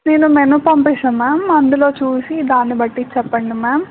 నేను మెను పంపిసాను మా్యామ్ అందులో చూసి దాన్ని బట్టి చెప్పండి మా్యామ్